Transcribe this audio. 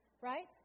right